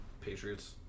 Patriots